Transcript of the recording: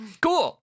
Cool